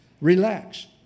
Relax